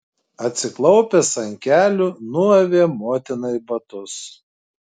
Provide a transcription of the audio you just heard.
atsiklaupęs ant kelių nuavė motinai batus